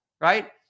right